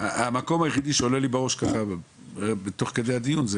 המקום היחידי שעולה לי בראש תוך כדי הדיון,